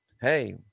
hey